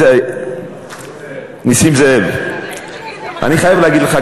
אני חייב להגיד לך,